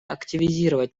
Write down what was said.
активизировать